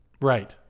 Right